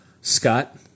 Scott